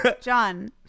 John